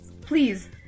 Please